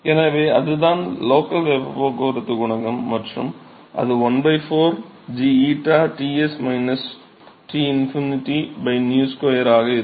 எனவே அதுதான் லோக்கல் வெப்பப் போக்குவரத்துக் குணகம் மற்றும் அது 1 4 g 𝞰 Ts T∞ 𝝂 2 ஆக இருக்கும்